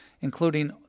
including